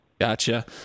Gotcha